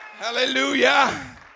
Hallelujah